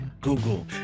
google